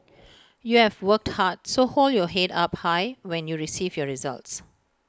you've work hard so hold your Head up high when you receive your results